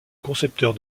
concepteur